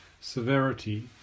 severity